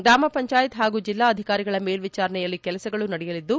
ಗ್ರಾಮ ಪಂಚಾಯತ್ ಹಾಗೂ ಜಿಲ್ಲಾ ಅಧಿಕಾರಿಗಳ ಮೇಲ್ವಿಚಾರಣೆಯಲ್ಲಿ ಕೆಲಸಗಳು ನಡೆಯಲಿದ್ದು